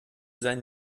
sein